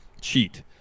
cheat